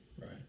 right